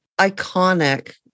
iconic